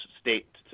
state